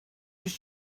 was